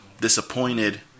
Disappointed